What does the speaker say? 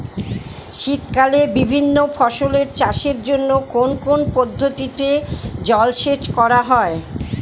শীতকালে বিভিন্ন ফসলের চাষের জন্য কোন কোন পদ্ধতিতে জলসেচ করা হয়?